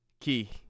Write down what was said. key